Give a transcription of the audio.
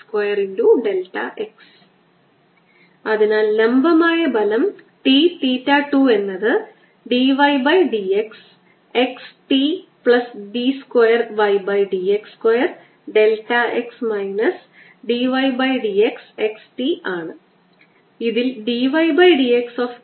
ErCe λrr3r|Er|Ce λrr2 അതിനാൽ ഗാസ്സിന്റെ നിയമം നമ്മൾ പ്രയോഗിക്കും അത് E dot d s ൽ എപ്സിലോൺ 0 കൊണ്ട് ബന്ധിപ്പിച്ചിരിക്കുന്ന Q ന് തുല്യമാണെന്നും നമ്മൾ ചെയ്യുന്നത് നമ്മൾ ഉത്ഭവം എടുക്കുകയാണെന്നും ഇവിടെ വളരെ ചെറിയ ഒരു ഗോളമെടുക്കുന്നുവെന്നും ആണ്